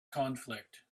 conflict